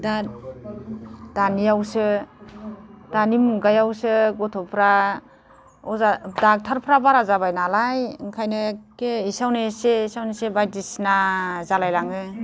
दा दानियावसो दानि मुगायावसो गथ'फोरा अजा डक्ट'रफ्रा बारा जाबाय नालाय ओंखायनो एक्के एसेयावनो एसे एसेयावनो एसे बायदिसिना जालायलाङो